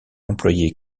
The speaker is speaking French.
employées